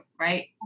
right